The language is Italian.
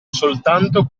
soltanto